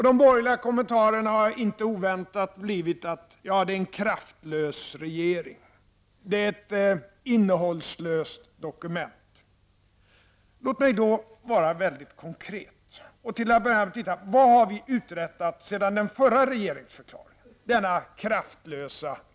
De borgerliga kommentarerna har inte oväntat blivit: Ja, det är en kraftlös regering; det är ett innehållslöst dokument. Låt mig då vara väldigt konkret och konstatera vad vi -- ''denna kraftlösa regering'' -- utträttat sedan den förra regeringsförklaringen avgavs.